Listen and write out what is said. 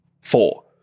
Four